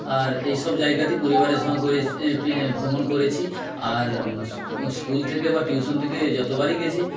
আর এই সব জায়গাতে পরিবারের সঙ্গে করে ভ্রমণ করেছি আর স্কুল থেকে বা টিউশন থেকে যতবারই গেছি